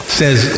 says